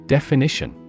Definition